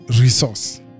resource